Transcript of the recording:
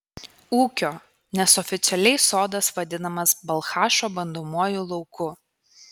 ūkio nes oficialiai sodas vadinamas balchašo bandomuoju lauku